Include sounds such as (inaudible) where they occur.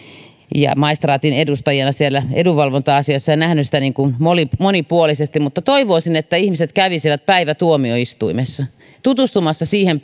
ja maistraatin edustajana siellä edunvalvonta asioissa ja nähnyt sitä monipuolisesti ja toivoisin että ihmiset kävisivät päivän tuomioistuimessa tutustumassa siihen (unintelligible)